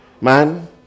man